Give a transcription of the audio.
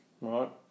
right